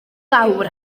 fawr